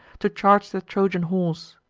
to charge the trojan horse.